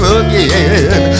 again